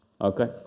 Okay